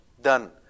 done